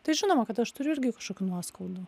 tai žinoma kad aš turiu irgi kažkokių nuoskaudų